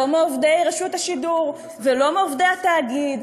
מעובדי רשות השידור ולא מעובדי התאגיד,